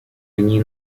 они